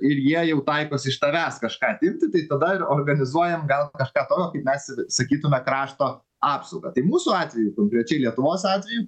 ir jie jau taikosi iš tavęs kažką atimti tai tada ir organizuojam gal kažką tokio kaip mes sakytume krašto apsaugą tai mūsų atveju konkrečiai lietuvos atveju